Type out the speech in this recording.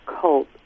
cult